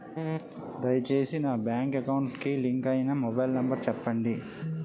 దయచేసి నా bank account కి లింక్ అయినా మొబైల్ నంబర్ చెప్పండి